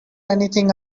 anything